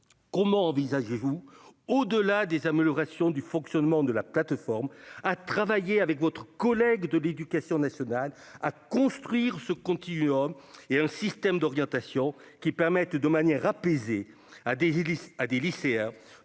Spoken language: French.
comment envisagez-vous au delà des amélioration du fonctionnement de la plateforme à travailler avec votre collègue de l'Éducation nationale à construire ce continuum et un système d'orientation qui permettent de manière apaisée, a des il